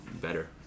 Better